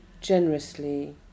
generously